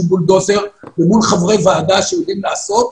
בולדוזר ומול חברי ועדה שיודעים לעשות.